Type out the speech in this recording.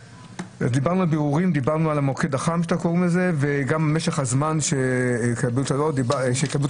דיברנו על בירורים דיברנו על המוקד החם ועל משך הזמן לקבלת התשובה.